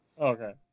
Okay